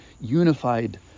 unified